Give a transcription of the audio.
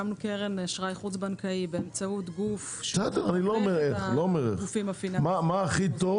הקמנו קרן אשראי חוץ בנקאי באמצעות גוף- -- מה הכי טוב